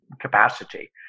capacity